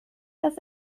das